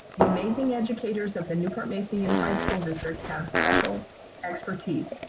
the amazing educators of the newport mesa unified school district have special expertise.